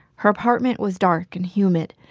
her apartment was dark and humid.